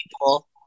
people